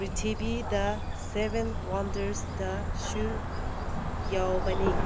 ꯄ꯭ꯔꯤꯊꯤꯕꯤꯗ ꯁꯦꯚꯦꯟ ꯋꯥꯟꯗꯔꯗꯁꯨ ꯌꯥꯎꯕꯅꯤ